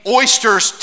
oysters